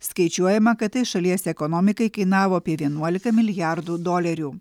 skaičiuojama kad tai šalies ekonomikai kainavo apie vienuolika milijardų dolerių